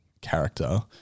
character